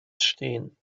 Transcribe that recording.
stehen